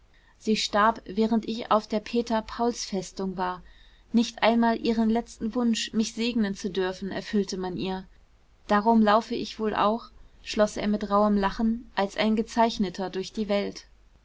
sie starb während ich auf der peter paulsfestung war nicht einmal ihren letzten wunsch mich segnen zu dürfen erfüllte man ihr darum laufe ich wohl auch schloß er mit rauhem lachen als ein gezeichneter durch die welt